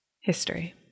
History